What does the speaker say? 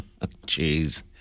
Jeez